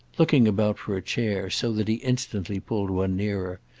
looking about for a chair, so that he instantly pulled one nearer,